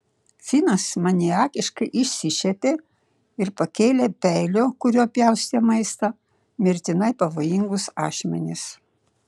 finas maniakiškai išsišiepė ir pakėlė peilio kuriuo pjaustė maistą mirtinai pavojingus ašmenis